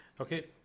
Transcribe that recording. okay